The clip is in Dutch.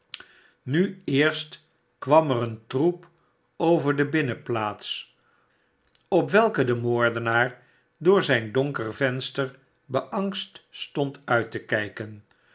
nu eens kwam er een troep over de binnenplaats op welke de moordenaar door zijn donker venster beangst stond uit te kijken